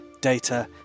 data